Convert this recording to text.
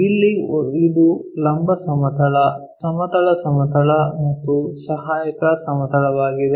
ಇಲ್ಲಿ ಇದು ಲಂಬ ಸಮತಲ ಸಮತಲ ಸಮತಲ ಮತ್ತು ಸಹಾಯಕ ಸಮತಲವಾಗಿದೆ